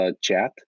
Chat